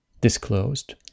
disclosed